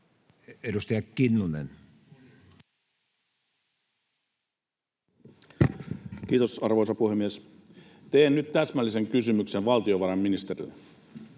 16:35 Content: Kiitos, arvoisa puhemies! Teen nyt täsmällisen kysymyksen valtiovarainministerille: